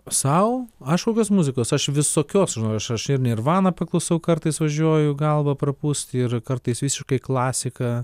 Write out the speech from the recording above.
sau aš kokios muzikos aš visokios žinok aš ir nirvaną paklusau kartais važiuoju galvą prapūsti ir kartais visiškai klasiką